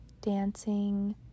dancing